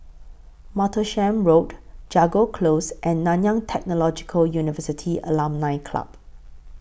Martlesham Road Jago Close and Nanyang Technological University Alumni Club